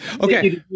okay